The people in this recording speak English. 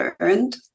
learned